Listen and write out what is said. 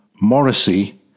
Morrissey